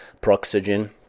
Proxygen